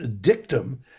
dictum